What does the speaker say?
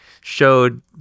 showed